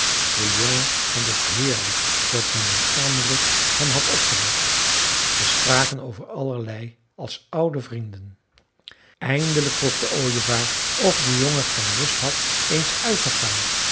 de jongen vond het heerlijk dat mijnheer ermerik hem had opgezocht zij spraken over allerlei als oude vrienden eindelijk vroeg de ooievaar of de jongen geen lust had eens uit te gaan